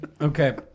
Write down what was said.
Okay